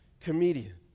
comedian